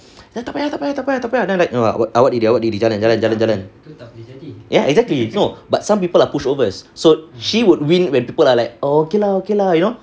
tak payah tak payah tak payah like I no lah awak diri awak diri jalan jalan jalan ya exactly no but some people are pushovers so she would win when people are like okay lah okay lah you know